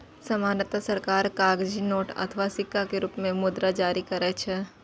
सामान्यतः सरकार कागजी नोट अथवा सिक्का के रूप मे मुद्रा जारी करै छै